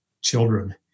children